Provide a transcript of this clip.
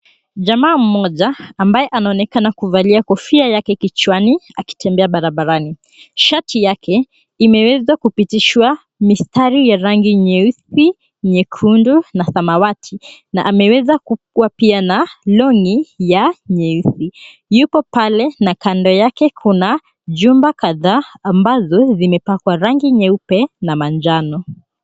Jamaa mmoja ambae anaonekana kuvalia kofia yake kichwani akitembea barabarani. Shati yake imeweza kupitishwa mistari ya rangi nyeusi, nyekundu na samawati na ameweza kukuwa pia na kaptura nyeusi yupo pale na kando yake kuna jumba kadhaa ambazo zimepakwa rangi nyeupe na manjano .